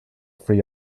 free